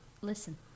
Listen